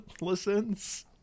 listens